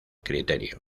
criterio